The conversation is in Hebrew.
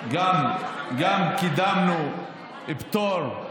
גם קידמנו פטור,